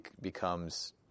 becomes